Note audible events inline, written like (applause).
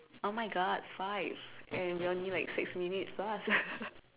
oh my god five and we're only like six minutes plus (laughs)